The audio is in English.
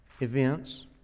events